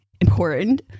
important